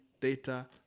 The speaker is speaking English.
data